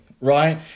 right